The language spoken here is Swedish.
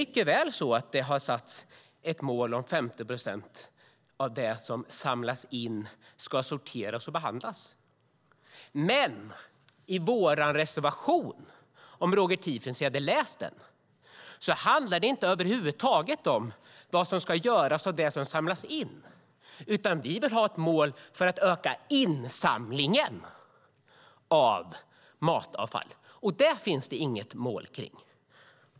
Det är helt rätt att det satts som mål att 50 procent av det som samlas in ska sorteras och behandlas, men om Roger Tiefensee hade läst vår reservation skulle han ha sett att det över huvud taget inte handlar om vad som ska göras av det som samlas in, utan vi vill ha ett mål för att öka insamlingen av matavfall. Det finns det inget mål för.